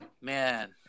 man